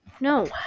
No